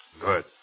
Good